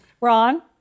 Ron